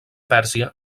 pèrsia